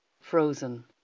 frozen